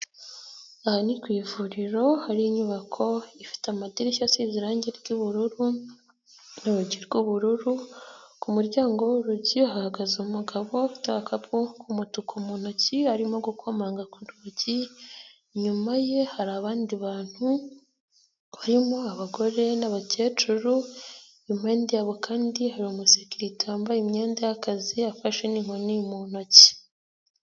Aha ni ku ivuriro hari inyubako ifite amadirishya asize irangi ry'ubururu, urugi r'wubururu, ku muryango w'urugi hahagaze umugabo ufite agakapu k'umutuku mu ntoki arimo gukomanga ku rugi, inyuma ye hari abandi bantu barimo abagore n'abakecuru, impande yabo kandi hari umusekirite wambaye imyenda y'akazi afashe n'inkoni mu ntoki.